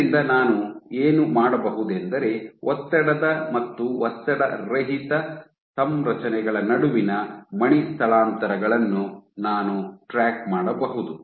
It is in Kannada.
ಇದರಿಂದ ನಾನು ಏನು ಮಾಡಬಹುದೆಂದರೆ ಒತ್ತಡದ ಮತ್ತು ಒತ್ತಡರಹಿತ ಸಂರಚನೆಗಳ ನಡುವಿನ ಮಣಿ ಸ್ಥಳಾಂತರಗಳನ್ನು ನಾನು ಟ್ರ್ಯಾಕ್ ಮಾಡಬಹುದು